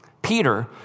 Peter